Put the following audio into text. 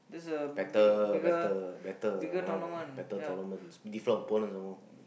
better better better uh better tournaments different opponents some more